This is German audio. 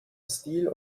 stil